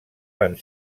van